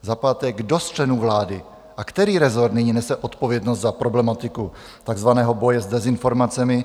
Za páté, kdo z členů vlády a který rezort nyní nese odpovědnost za problematiku takzvaného boje s dezinformacemi?